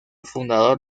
fundador